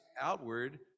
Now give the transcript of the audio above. outward